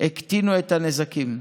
הקטינו את הנזקים.